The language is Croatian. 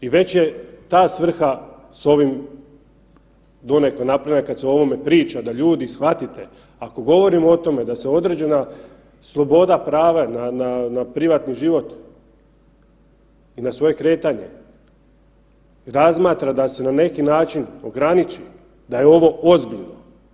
I već je ta svrha s ovim donekle napravljena kad se o ovome priča da ljudi shvatite ako govorimo o tome da se određena sloboda prava na, na, na privatni život i na svoje kretanje razmatra da se na neki način ograniči da je ovo ozbiljno.